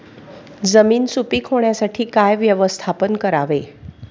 जमीन सुपीक होण्यासाठी काय व्यवस्थापन करावे?